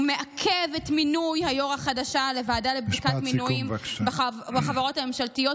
הוא מעכב את מינוי היו"ר החדשה לוועדה לבדיקת מינויים בחברות הממשלתיות,